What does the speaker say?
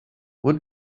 what